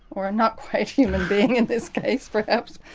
or a not-quite human being in this case perhaps.